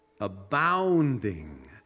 abounding